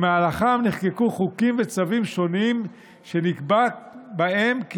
שבמהלכם נחקקו חוקים וצווים שונים שנקבע בהם כי